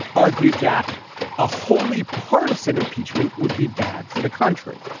argued that a wholly partisan impeachment would be bad for the country.